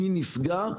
מי נפגע,